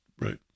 right